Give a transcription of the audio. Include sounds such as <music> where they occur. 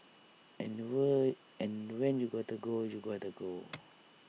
and were and when you gotta go you gotta go <noise>